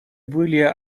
были